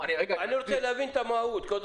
אני רוצה להבין את המהות.